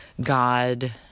god